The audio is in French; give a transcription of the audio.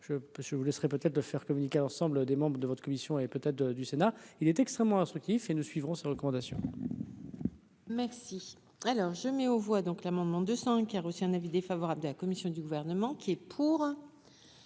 je vous laisserai peut-être de faire communiquer l'ensemble des membres de votre commission et peut-être de du Sénat, il est extrêmement instructif et nous suivrons ces recommandations. Merci, alors je mets aux voix donc l'amendement 200 qui a reçu un avis défavorable de la commission du gouvernement qui est pour,